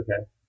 Okay